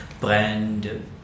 brand